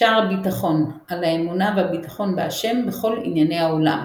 שער הביטחון על האמונה והביטחון בה' בכל ענייני העולם.